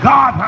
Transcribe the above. God